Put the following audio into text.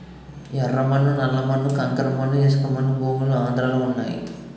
యెర్ర మన్ను నల్ల మన్ను కంకర మన్ను ఇసకమన్ను భూములు ఆంధ్రలో వున్నయి